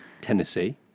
Tennessee